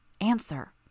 answer